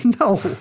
No